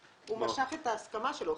הוא משך את ההסכמה שלו.